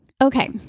Okay